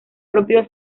propio